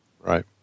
Right